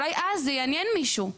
אולי אז זה יעניין מישהו.